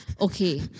okay